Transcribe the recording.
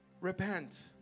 repent